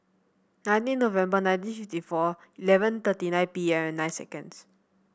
nineteen November nineteen fifty four eleven thirty nine P M nine seconds